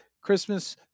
Christmas